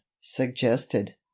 suggested